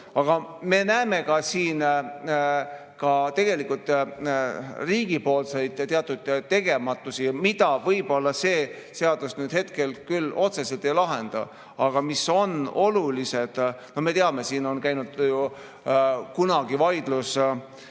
Aga me näeme ka siin tegelikult riigi teatud tegematajätmisi, mida võib-olla see seadus nüüd küll otseselt ei lahenda, aga mis on olulised. Me teame, siin on käinud ju kunagi vaidlus